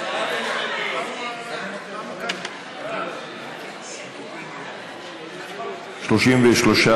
להלן: קבוצת סיעת מרצ,